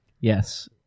Yes